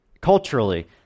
culturally